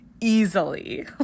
easily